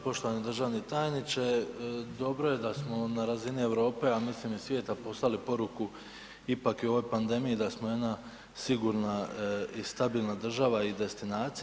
Poštovani državni tajniče, dobro je da smo na razini Europe a mislim i svijeta poslali poruku ipak i u ovoj pandemiji da smo jedna sigurna i stabilna država i destinacija.